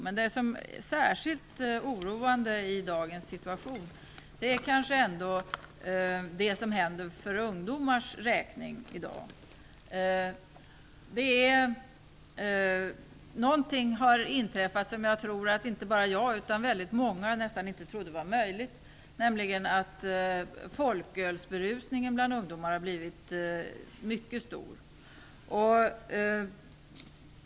Men det som är särskilt oroande i dagens situation är kanske ändå det som händer med ungdomarna. Något har inträffat som jag tror att inte bara jag utan väldigt många nästan inte trodde var möjligt, nämligen att folkölsberusningen bland ungdomar har blivit mycket stor.